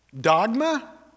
Dogma